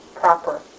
proper